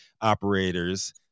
operators